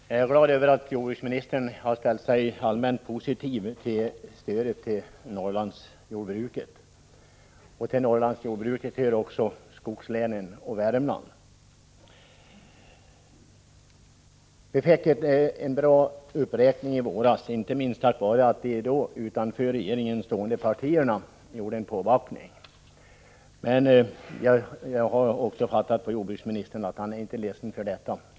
Herr talman! Jag är glad över att jordbruksministern har ställt sig allmänt positiv till stödet till Norrlandsjordbruket. Till Norrlandsjordbruket hör också skogslänen inkl. Värmland. Det gjordes en bra uppräkning i våras, inte minst tack vare att de utanför regeringen stående partierna gjorde en påbackning. Jag har dock uppfattat jordbruksministern så, att han inte är ledsen för detta.